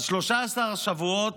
אז 13 שבועות